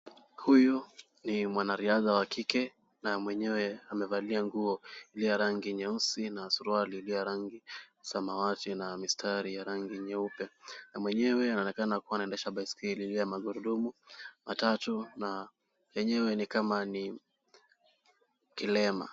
Huyu ni mwanariadha wa kike na mwenyewe amevalia nguo ya rangi nyeusi na suruali iliyo rangi samawati na mistari ya rangi nyeupe na mwenyewe anaonekana kuendesha baiskeli iliyo magurudumu matatu na enyewe ni kama ni kilema.